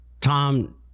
Tom